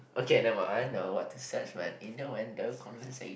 okay never mind I know what to says then innuendo conversa~